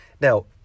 Now